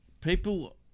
people